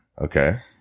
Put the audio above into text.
Okay